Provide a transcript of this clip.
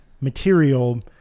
material